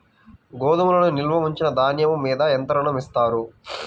గోదాములో నిల్వ ఉంచిన ధాన్యము మీద ఎంత ఋణం ఇస్తారు?